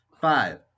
five